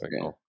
Okay